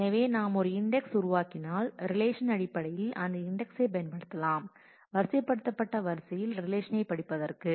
எனவே நாம் ஒரு இண்டெக்ஸ் உருவாக்கினால் ரிலேஷன் அடிப்படையில் அந்த இண்டெக்ஸ்சை பயன்படுத்தலாம் வரிசைப்படுத்தப்பட்ட வரிசையில் ரிலேஷனை படிப்பதற்கு